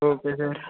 okay sir